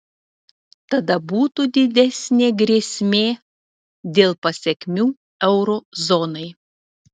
tada būtų didesnė grėsmė dėl pasekmių euro zonai